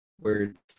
words